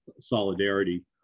Solidarity